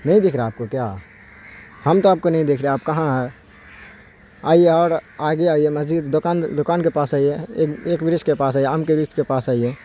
نہیں دکھ رہا ہے آپ کو کیا ہم تو آپ کو نہیں دیکھ رہے ہیں آپ کہاں ہے آئیے اور آگے آئیے مسجد دکان دکان کے پاس آئیے ایک ورکچھ کے پاس آئیے آم کے ورکچھ کے پاس آئیے